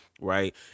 right